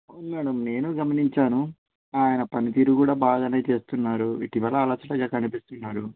అవును మేడమ్ నేను గమనించాను ఆయన పనితీరు కూడా బాగానే చేస్తున్నాడు ఇటీవల ఆలసటగా కనిపిస్తున్నారు